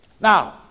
Now